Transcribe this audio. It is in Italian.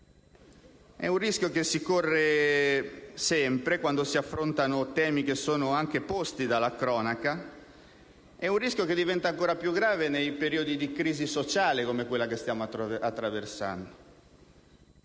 È un rischio che si corre sempre, quando si affrontano temi che sono posti dalla cronaca, e che diventa ancora più grave nei periodi di crisi sociale, come quello che stiamo attraversando.